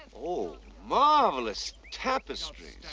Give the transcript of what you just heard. oh, marvelous tapestries.